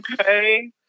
Okay